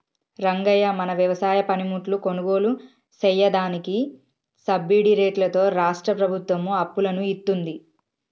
రంగయ్య మన వ్యవసాయ పనిముట్లు కొనుగోలు సెయ్యదానికి సబ్బిడి రేట్లతో రాష్ట్రా ప్రభుత్వం అప్పులను ఇత్తుంది